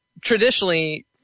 traditionally